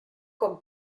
con